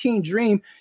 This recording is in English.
Dream